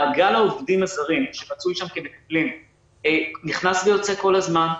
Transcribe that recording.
מעגל העובדים הזרים שמצוי שם כמטפלים נכנס ויוצא כל הזמן,